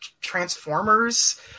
Transformers